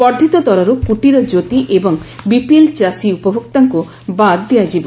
ବର୍ବ୍ବିତ ଦରରୁ କୁଟୀର ଜ୍ୟୋତି ଏବଂ ବିପିଏଲ୍ ଚାଷୀ ଉପଭୋକ୍ତାଙ୍କୁ ବାଦ୍ ଦିଆଯିବ